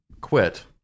quit